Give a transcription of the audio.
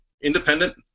independent